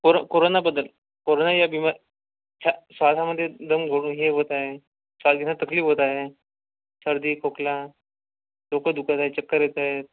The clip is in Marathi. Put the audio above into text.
कोरो कोरोनाबद्दल कोरोना या बिमार छा श्वासामध्ये दमघुट हे होत आहे सारखी सारखी तकलीफ होत आहे सर्दी खोकला डोकं दुखत आहे चक्कर येत आहेत